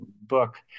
book